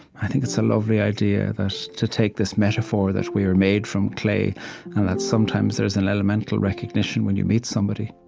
i think it's a lovely idea, to take this metaphor that we are made from clay and that sometimes, there's an elemental recognition when you meet somebody